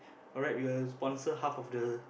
alright we will sponsor half of the